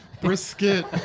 brisket